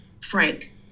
Frank